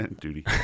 Duty